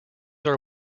are